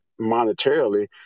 monetarily